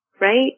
right